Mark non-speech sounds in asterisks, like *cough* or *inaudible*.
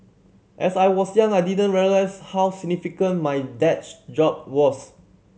as I was young I didn't realise how significant my dad *unintelligible* job was